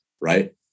right